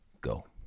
go